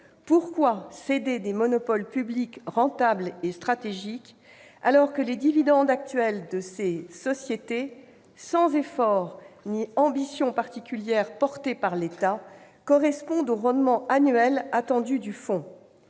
Pourquoi céder des monopoles publics rentables et stratégiques, alors que les dividendes actuels de ces sociétés, sans effort ni ambition particulière de la part de l'État, correspondent aux rendements annuels attendus du fonds ?